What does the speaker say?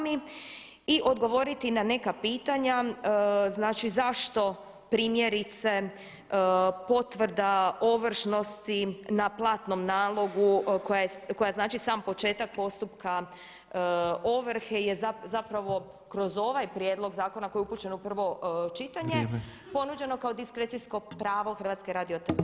I odgovoriti na neka pitanja, znači zašto primjerice potvrda ovršnosti na platnom nalogu koja znači sam početak postupka ovrhe je zapravo kroz ovaj prijedlog zakona koji je upućen u prvo čitanje ponuđena kao diskrecijsko pravo HRT-a.